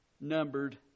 numbered